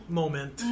moment